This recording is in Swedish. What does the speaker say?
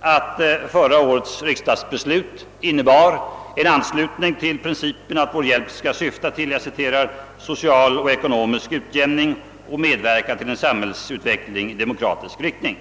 att förra årets riksdagsbeslut innebar en anslutning till principen att den svenska hjälpen skall syfta till »social och ekonomisk utjämning och medverkan till en samhällsutveckling i demokratisk riktning».